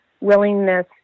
willingness